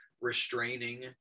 restraining